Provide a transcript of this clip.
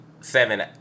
seven